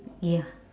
ya